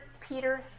Peter